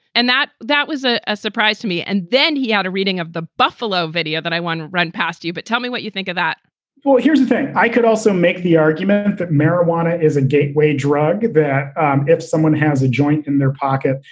and that that was a a surprise to me. and then he had a reading of the buffalo video that i want to run past you. but tell me what you think of that well, here's the thing. i could also make the argument that marijuana is a gateway drug and that if someone has a joint in their pocket,